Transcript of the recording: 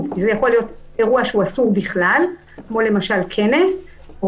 זה יכול להיות אירוע שאסור בכלל כמו כנס או